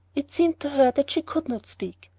it seemed to her that she could not speak.